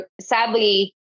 sadly